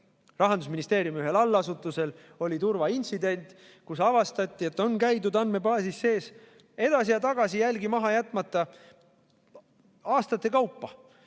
Rahandusministeeriumi ühel allasutusel oli turvaintsident ning avastati, et on käidud andmebaasis sees edasi ja tagasi jälgi maha jätmata. Aastate kaupa